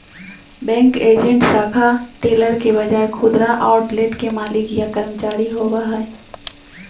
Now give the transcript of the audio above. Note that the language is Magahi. बैंक एजेंट शाखा टेलर के बजाय खुदरा आउटलेट के मालिक या कर्मचारी होवो हइ